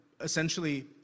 essentially